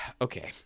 Okay